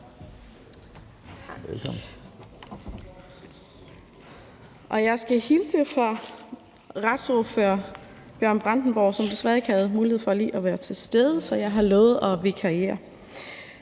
Jeg skal hilse fra vores retsordfører, Bjørn Brandenborg, som desværre ikke havde mulighed for at være til stede i dag. Så jeg har lovet at vikariere.